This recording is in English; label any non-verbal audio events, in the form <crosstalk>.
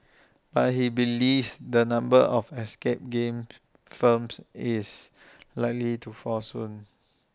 but he believes the number of escape game <noise> firms is likely to fall soon